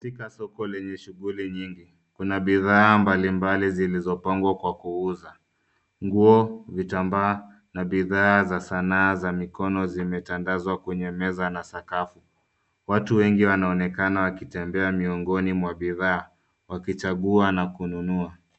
Katika soko yenye shughuli nyingi kuna bidhaa mbalimbali zilizopangwa kwa kuuza nguo, vitamba na bidhaa za sanaa za mikono zimetandazwa kwenye meza na sakafu. Watu wengi wanaonekana wakitembea miongoni mwa bidhaa wakichagua na kununua.